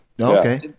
Okay